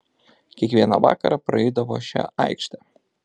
kiekvieną vakarą praeidavo šia aikšte